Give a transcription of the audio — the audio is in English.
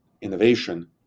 innovation